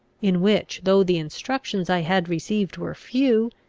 in which though the instructions i had received were few,